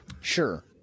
Sure